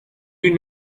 you